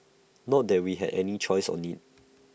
not that we had any choice in IT